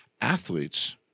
Athletes